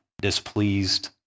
displeased